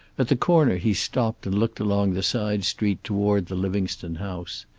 at the corner he stopped and looked along the side street toward the livingstone house.